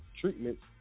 treatments